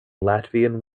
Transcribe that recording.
latvian